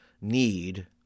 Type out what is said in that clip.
need